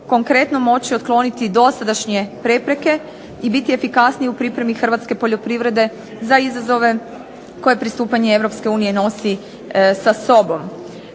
konkretno moći otkloniti dosadašnje prepreke i biti efikasniji u pripremi hrvatske poljoprivrede za izazove koje pristupanje EU nosi sa sobom.